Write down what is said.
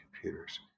computers